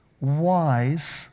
wise